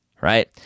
right